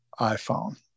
iPhone